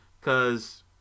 cause